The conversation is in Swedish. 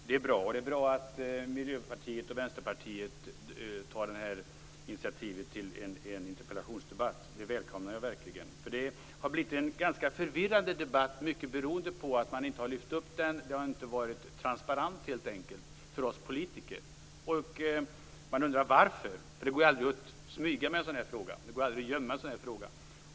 Det är bra, och det är bra att Miljöpartiet och Vänsterpartiet har tagit det här initiativet till en interpellationsdebatt - det välkomnar jag verkligen. Det har blivit en ganska förvirrande debatt, mycket beroende på att man inte har lyft upp den - det har helt enkelt inte varit transparent för oss politiker. Man undrar varför, för det går ju aldrig att smyga med eller gömma en sådan här fråga.